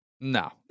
No